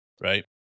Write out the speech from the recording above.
right